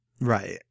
Right